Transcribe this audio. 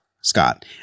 scott